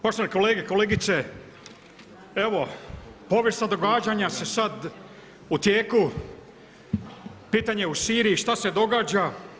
Poštovane kolege i kolegice, evo povijesna događanja su sad u tijeku, pitanje u Siriji šta se događa.